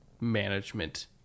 management